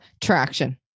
Traction